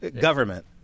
government